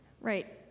Right